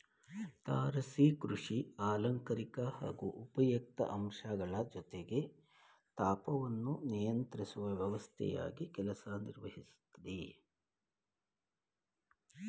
ತಾರಸಿ ಕೃಷಿ ಅಲಂಕಾರಿಕ ಹಾಗೂ ಉಪಯುಕ್ತ ಅಂಶ ಜೊತೆಗೆ ತಾಪವನ್ನು ನಿಯಂತ್ರಿಸುವ ವ್ಯವಸ್ಥೆಯಾಗಿ ಕೆಲಸ ನಿರ್ವಹಿಸ್ತದೆ